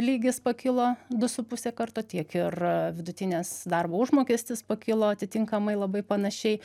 lygis pakilo du su puse karto tiek ir a vidutinės darbo užmokestis pakilo atitinkamai labai panašiai